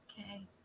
Okay